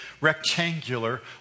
rectangular